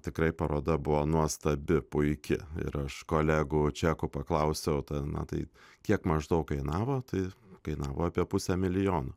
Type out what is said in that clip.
tikrai paroda buvo nuostabi puiki ir aš kolegų čekų paklausiau na tai kiek maždaug kainavo tai kainavo apie pusę milijono